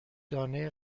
دانه